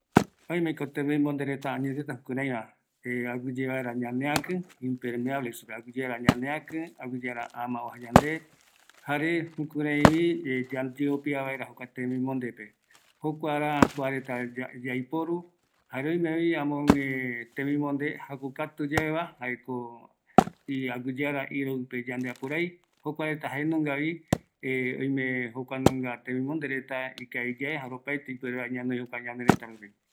Kua tembi bondereta ikaviko ñanoï. Jaeko amapegua, yayeopia pegua, jare oime kuanunga ɨ pupi yaroata vaera, öime iroɨ pegua, kua tembimonde reta ikaviko ñanoi yandeyeɨpe